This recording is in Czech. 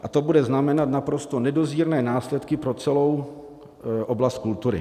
A to bude znamenat naprosto nedozírné následky pro celou oblast kultury.